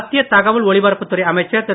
மத்திய தகவல் ஒலிபரப்புத்துறை அமைச்சர் திரு